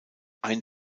ein